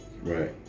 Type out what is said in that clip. Right